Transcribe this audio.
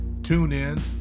TuneIn